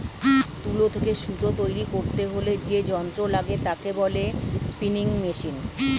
তুলো থেকে সুতো তৈরী করতে হলে যে যন্ত্র লাগে তাকে বলে স্পিনিং মেশিন